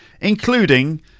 including